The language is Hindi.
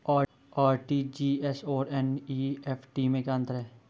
आर.टी.जी.एस और एन.ई.एफ.टी में क्या अंतर है?